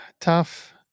tough